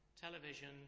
television